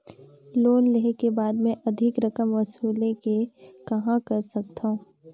Loan लेहे के बाद मे अधिक रकम वसूले के कहां कर सकथव?